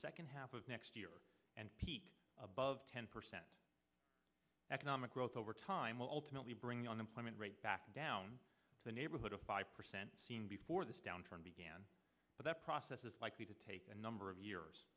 second half of next year and above ten percent economic growth over time will ultimately bring unemployment rate back down to the neighborhood of five percent seen before this downturn began but that process is likely to take a number of years